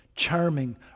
Charming